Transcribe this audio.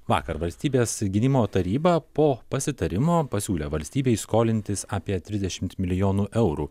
vakar valstybės gynimo taryba po pasitarimo pasiūlė valstybei skolintis apie trisdešimt milijonų eurų